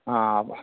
ആ